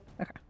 Okay